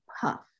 puff